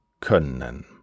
können